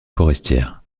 forestière